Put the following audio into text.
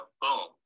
boom